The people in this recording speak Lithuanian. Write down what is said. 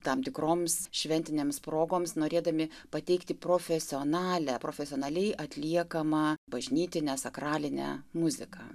tam tikroms šventinėms progoms norėdami pateikti profesionalią profesionaliai atliekamą bažnytinę sakralinę muziką